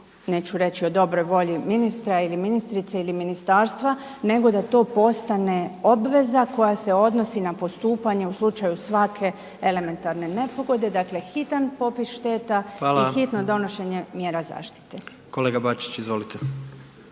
neću reći o dobroj volji ministra ili ministrice ili ministarstva, nego da to postane obveza koja se odnosi na postupanje u slučaju svake elementarne nepogode. Dakle, hitan popis šteta i …/Upadica: Hvala/… hitno donošenje mjera zaštite. **Jandroković, Gordan